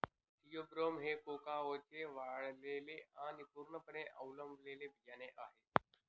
Theobroma हे कोकाओचे वाळलेले आणि पूर्णपणे आंबवलेले बियाणे आहे